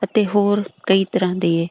ਅਤੇ ਹੋਰ ਕਈ ਤਰ੍ਹਾਂ ਦੇ